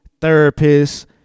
therapists